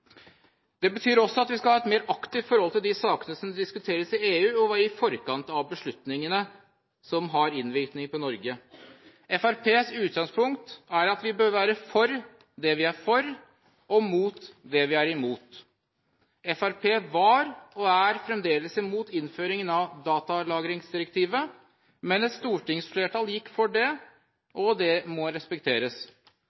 Det betyr også at vi skal ha et mer aktivt forhold til de sakene som diskuteres i EU, og i forkant av beslutningene som har innvirkning på Norge. Fremskrittspartiets utgangspunkt er at vi bør være for det vi er for, og imot det vi er imot. Fremskrittspartiet var – og er fremdeles – imot innføringen av datalagringsdirektivet, men et stortingsflertall gikk for det, og det må respekteres. I det siste har det